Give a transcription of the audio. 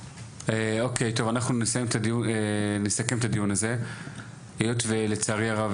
אוקיי, אנחנו נסכם את הדיון הזה היות ולצערי הרב,